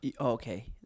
Okay